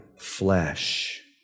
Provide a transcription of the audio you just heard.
flesh